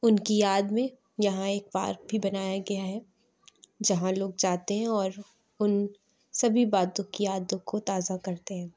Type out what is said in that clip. اُن کی یاد میں یہاں ایک پارک بھی بنایا گیا ہے جہاں لوگ جاتے ہیں اور اُن سبھی باتوں کی یادوں کو تازہ کرتے ہیں